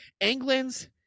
England's